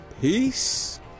peace